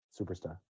Superstar